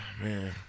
Man